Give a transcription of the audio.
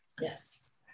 Yes